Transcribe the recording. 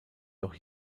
doch